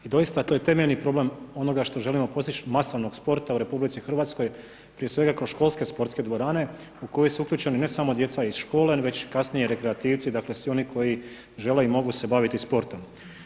I doista to je temeljni problem onoga što želimo postići masovnog sporta u RH prije svega kroz sportske školske dvorane u koju su uključeni ne samo djeca iz škole već i kasnije rekreativci, dakle svi oni koji žele i mogu se baviti sportom.